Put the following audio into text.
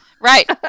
Right